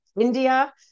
India